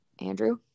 Andrew